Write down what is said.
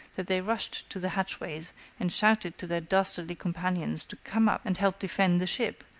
that they rushed to the hatchways and shouted to their dastardly companions to come up and help defend the ship,